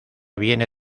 viene